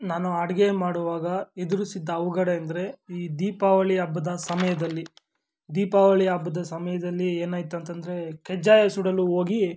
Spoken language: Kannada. ನಾನು ಅಡಿಗೆ ಮಾಡುವಾಗ ಎದುರಿಸಿದ್ದ ಅವಘಡ ಎಂದರೆ ಈ ದೀಪಾವಳಿ ಹಬ್ದ ಸಮಯದಲ್ಲಿ ದೀಪಾವಳಿ ಹಬ್ದ ಸಮಯದಲ್ಲಿ ಏನಾಯ್ತು ಅಂತಂದರೆ ಕಜ್ಜಾಯ ಸುಡಲು ಹೋಗಿ